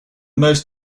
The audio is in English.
most